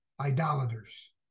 idolaters